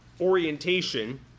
orientation